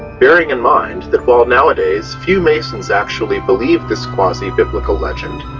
bearing in mind that while nowadays few masons actually believe this quasi-biblical legend,